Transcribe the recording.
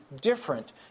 different